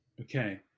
Okay